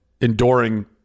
enduring